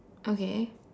okay